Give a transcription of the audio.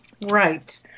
right